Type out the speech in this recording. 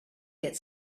get